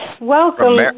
welcome